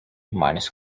minus